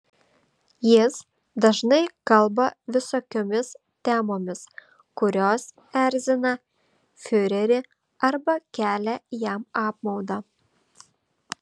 jis dažnai kalba visokiomis temomis kurios erzina fiurerį arba kelia jam apmaudą